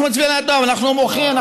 אנחנו נצביע בעדו, אבל אנחנו מוחים.